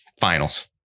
finals